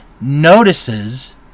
notices